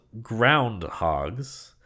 groundhogs